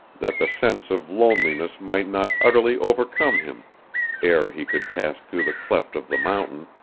that the sense of loneliness might not utterly overcome him ere he could pass through the cleft of the mountain,